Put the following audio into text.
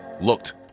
looked